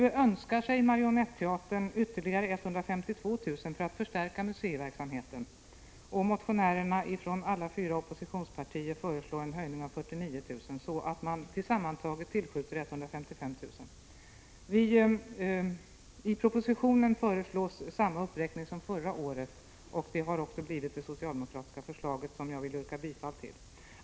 I år önskar sig Marionetteatern ytterligare 152 000 kr. för att förstärka museiverksamheten. Motionärer från alla fyra oppositionspartierna föreslår en höjning med 49 000 kr., så att man sammantaget tillskjuter 155 000 kr. I propositionen föreslås samma uppräkning som förra året, och det är också det socialdemokratiska förslaget, som jag vill yrka bifall till.